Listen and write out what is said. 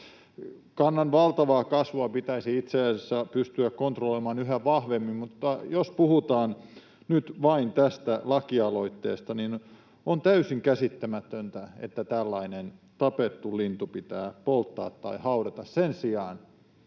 Kannan valtavaa kasvua pitäisi itse asiassa pystyä kontrolloimaan yhä vahvemmin, mutta jos puhutaan nyt vain tästä lakialoitteesta, niin on täysin käsittämätöntä, että tällainen tapettu lintu pitää polttaa tai haudata sen sijaan,